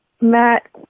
Matt